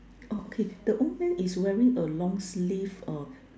oh okay the old man is wearing a long sleeve or